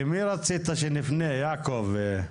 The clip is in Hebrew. למי רצית שנפנה, יעקב?